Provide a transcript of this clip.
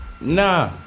Nah